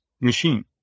machine